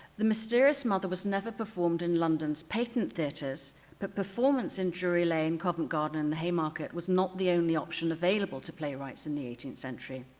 the mysterious mother was never performed in london's patent theaters but performance in drury lane, covent garden, and haymarket was not the only option available to playwrights in the eighteenth century.